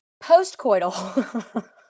post-coital